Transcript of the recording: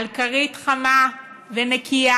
על כרית חמה ונקייה,